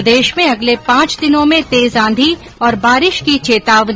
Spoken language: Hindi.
प्रदेश में अगले पांच दिनों में तेज आंधी और बारिश की चेतावनी